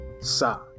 sa